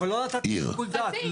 אבל לא נתתי שיקול דעת.